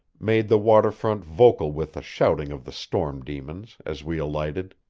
made the water-front vocal with the shouting of the storm demons as we alighted.